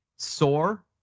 Sore